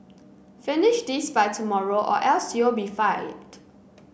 finish this by tomorrow or else you'll be fired